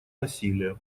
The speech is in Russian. насилия